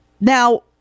Now